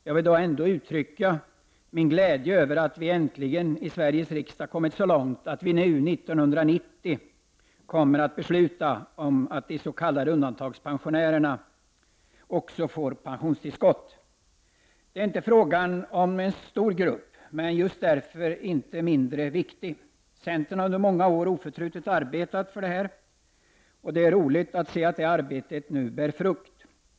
Jag vill dock ändå uttrycka min glädje över att vi i Sveriges riksdag äntligen kommit så långt att vi nu, 1990, kommer att besluta att också de s.k. undantagandepensionärerna får pensionstillskott. Det är inte fråga om någon stor grupp, men det är just därför inte mindre viktigt. Centern har under många år oförtrutet arbetat för detta. Det är roligt att se det arbetet nu bära frukt.